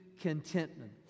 contentment